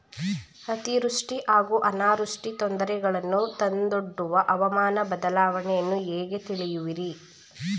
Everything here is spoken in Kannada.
ಅತಿವೃಷ್ಟಿ ಹಾಗೂ ಅನಾವೃಷ್ಟಿ ತೊಂದರೆಗಳನ್ನು ತಂದೊಡ್ಡುವ ಹವಾಮಾನ ಬದಲಾವಣೆಯನ್ನು ಹೇಗೆ ತಿಳಿಯುವಿರಿ?